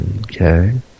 Okay